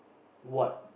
what